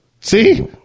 See